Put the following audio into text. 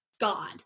God